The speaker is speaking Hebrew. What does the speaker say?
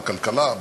בכלכלה,